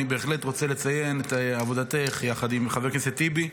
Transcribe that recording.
אני בהחלט רוצה לציין את עבודתך יחד עם חבר הכנסת טיבי.